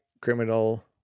criminal